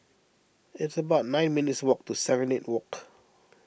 it's about nine minutes' walk to Serenade Walk